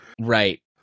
Right